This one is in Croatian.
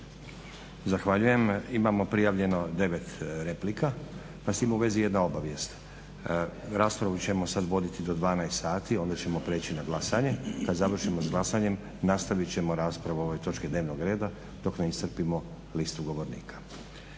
Zahvaljujem. Imamo prijavljeno 9 replika, pa s tim u vezi jedna obavijest. Raspravu ćemo sada voditi do 12,00 sati onda ćemo prijeći na glasanje, kada završimo s glasanjem nastavit ćemo o ovoj točki dnevnog reda dok ne iscrpimo listu govornika.